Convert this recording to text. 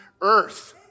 earth